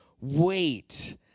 wait